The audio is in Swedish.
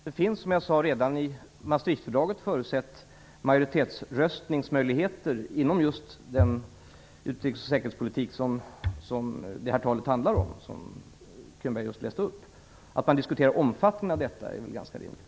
Herr talman! Det finns, som jag tidigare sade, redan i Maastrichtfördraget förutsett majoritetsröstningsmöjligheter inom just den utrikesoch säkerhetspolitik som det tal som Bo Könberg just läste ur handlar om. Att man diskuterar omfattningen av detta är väl ganska rimligt.